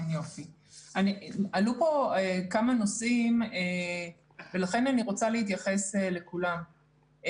עלו פה כמה נושאים ולכן אני רוצה להתייחס לכולם.